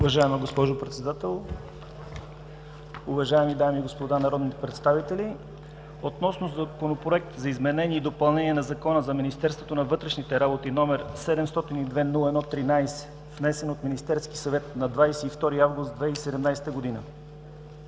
Уважаема госпожо Председател, уважаеми дами и господа народни представители! „СТАНОВИЩЕ относно Законопроект за изменение и допълнение на Закона за Министерството на вътрешните работи, № 702-01-13, внесен от Министерски съвет на 22 август 2017 г.